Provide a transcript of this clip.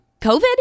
COVID